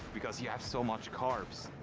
because you have so much carbs.